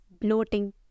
bloating